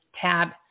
tab